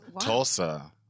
Tulsa